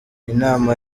inama